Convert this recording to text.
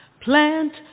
Plant